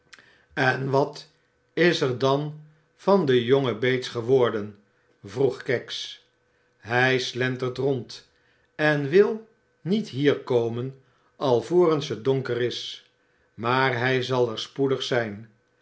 en wat is er van den jongen bates geworden vroeg kags hij slentert rond en wil niet hier komen alvorens het donker is maar hij zal er spoedig zijn